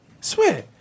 Swear